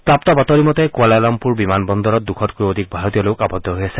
প্ৰাপ্ত বাতৰি মতে কুৱালালামপুৰ বিমান বন্দৰত দুশতকৈও অধিক ভাৰতীয় লোক আৱদ্ধ হৈ আছে